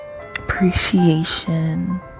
appreciation